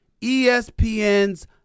ESPN's